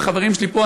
והחברים שלי פה,